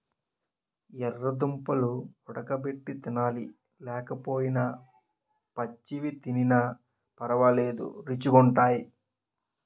యెర్ర దుంపలు వుడగబెట్టి తినాలి లేకపోయినా పచ్చివి తినిన పరవాలేదు రుచీ గుంటయ్